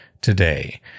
today